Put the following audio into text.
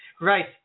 right